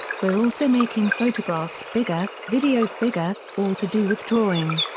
we're also making photographs bigger, videos bigger, all to do with drawing.